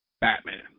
Batman